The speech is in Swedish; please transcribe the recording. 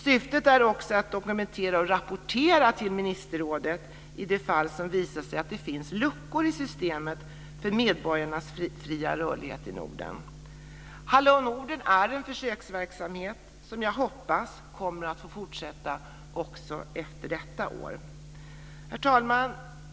Syftet är också att dokumentera och rapportera till ministerrådet de fall som visar att det finns luckor i systemen för medborgarnas fria rörlighet i Norden. Hallå Norden är en försöksverksamhet som jag hoppas kommer att få fortsätta också efter detta år. Herr talman!